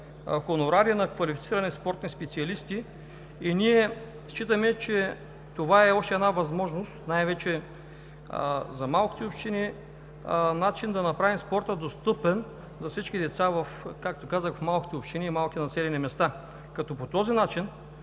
хонорари на квалифицирани спортни специалисти. Ние считаме, че това е още една възможност най-вече за малките общини, начин да направим спорта достъпен за всички деца, както казах, в малките общини и малките населени места. По този начин